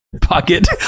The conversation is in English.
pocket